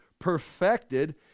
perfected